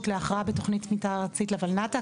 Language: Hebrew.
להכרעה בתוכנית מתאר ארצית לולנת"ע,